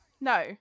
No